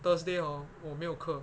thursday hor 我没有课